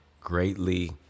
greatly